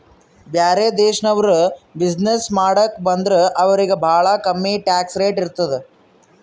ಬ್ಯಾರೆ ದೇಶನವ್ರು ಬಿಸಿನ್ನೆಸ್ ಮಾಡಾಕ ಬಂದುರ್ ಅವ್ರಿಗ ಭಾಳ ಕಮ್ಮಿ ಟ್ಯಾಕ್ಸ್ ಇರ್ತುದ್